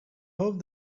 hoped